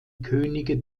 könige